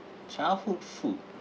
childhood food